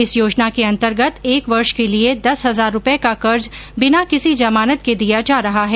इस योजना के अंतर्गत एक वर्ष के लिए दस हजार रूपये का कर्ज बिना किसी जमानत के दिया जा रहा है